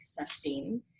accepting